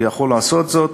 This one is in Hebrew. הוא יכול לעשות זאת